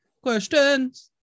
questions